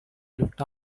looked